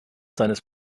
seines